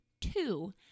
two